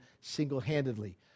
single-handedly